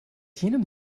jenem